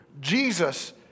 Jesus